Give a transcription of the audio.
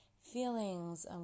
feelings